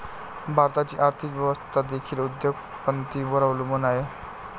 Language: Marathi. भारताची आर्थिक व्यवस्था देखील उद्योग पतींवर अवलंबून आहे